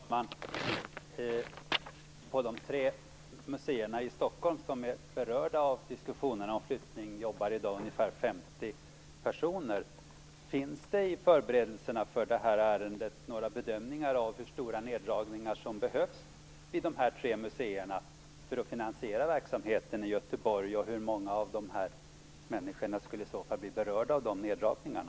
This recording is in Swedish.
Fru talman! På de tre museer i Stockholm som är berörda av diskussionerna om flyttning jobbar i dag ungefär 50 personer. Finns det i förberedelserna för detta ärende några bedömningar av hur stora neddragningar som behövs vid dessa tre museer för att finansiera verksamheten i Göteborg? Hur många av de här människorna skulle i så fall bli berörda av de neddragningarna?